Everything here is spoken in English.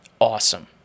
awesome